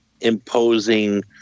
imposing